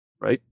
right